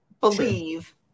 believe